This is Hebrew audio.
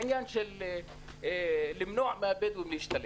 עניין של למנוע מהבדואים להשתלט.